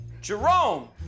Jerome